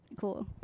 Cool